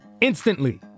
instantly